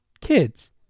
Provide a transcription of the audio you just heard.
kids